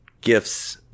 gifts